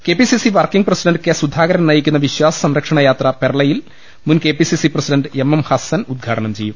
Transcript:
K P C C working president K Sudhakaran നയിക്കുന്ന വിശ്വാസ സംരക്ഷണയാത്ര പെർളയിൽ മുൻ K P C C president M M Hassan ഉദ്ഘാടനം ചെയ്യും